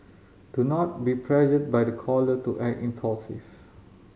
do not be pressured by the caller to act impulsive